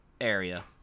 area